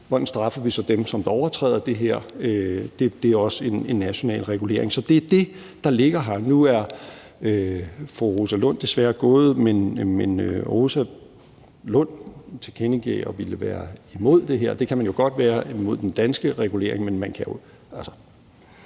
vi så straffer dem, som overtræder det her. Det er også en national regulering. Så det er det, der ligger her. Nu er fru Rosa Lund desværre gået, men hun tilkendegav at ville være imod det her, og det kan man jo godt være, altså imod den danske regulering, og man kan